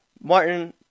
Martin